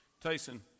Tyson